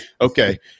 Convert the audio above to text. Okay